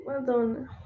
Madonna